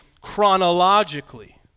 chronologically